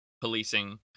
policing